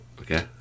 Okay